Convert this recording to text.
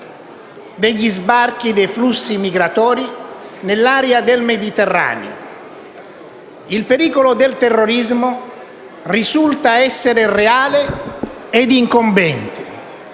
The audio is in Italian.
degli sbarchi dei flussi migratori nell'area del Mediterraneo, il pericolo del terrorismo risulta essere reale e incombente,